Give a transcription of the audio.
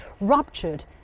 ruptured